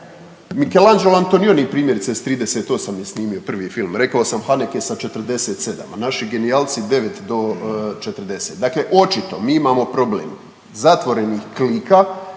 Michelangelo Antonioni primjerice s 38 je snimio prvi film. Rekao sam Haneke je 47, a naši genijalci 9 do 40-e. Dakle očito mi imamo problem zatvorenih klika